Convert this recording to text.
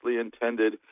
intended